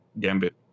Gambit